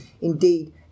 indeed